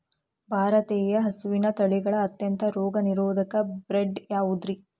ಭಾರತೇಯ ಹಸುವಿನ ತಳಿಗಳ ಅತ್ಯಂತ ರೋಗನಿರೋಧಕ ಬ್ರೇಡ್ ಯಾವುದ್ರಿ?